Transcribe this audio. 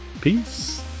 Peace